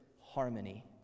harmony